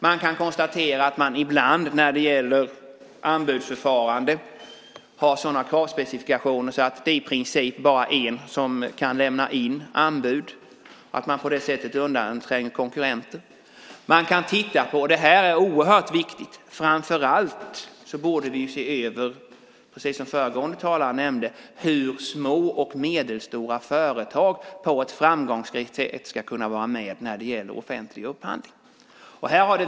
Man kan konstatera att de ibland när det gäller anbudsförfarande har sådana kravspecifikationer att det i princip bara är en som kan lämna in anbud och att de på det sättet tränger undan konkurrenter. Detta är oerhört viktigt. Och framför allt borde vi se över, precis som föregående talare nämnde, hur små och medelstora företag på ett framgångsrikt sätt ska kunna vara med vid offentlig upphandling.